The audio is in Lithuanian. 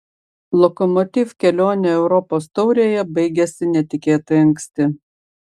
lokomotiv kelionė europos taurėje baigėsi netikėtai anksti